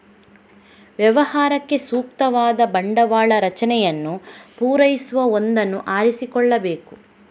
ವ್ಯವಹಾರಕ್ಕೆ ಸೂಕ್ತವಾದ ಬಂಡವಾಳ ರಚನೆಯನ್ನು ಪೂರೈಸುವ ಒಂದನ್ನು ಆರಿಸಿಕೊಳ್ಳಬೇಕು